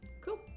Cool